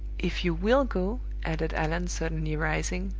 if you will go, added allan, suddenly rising,